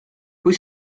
pwy